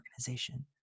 organization